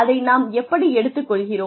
அதை நாம் எப்படி எடுத்துக் கொள்கிறோம்